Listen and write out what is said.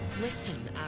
Listen